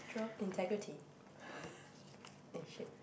twelve integrity eh shit